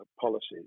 policies